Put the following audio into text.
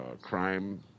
crime